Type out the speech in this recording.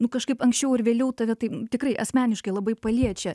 nu kažkaip anksčiau ar vėliau tave tai tikrai asmeniškai labai paliečia